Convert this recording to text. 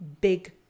big